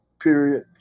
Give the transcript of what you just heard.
period